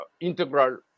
integral